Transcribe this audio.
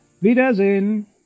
Wiedersehen